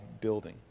building